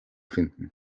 finden